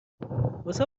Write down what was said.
واسه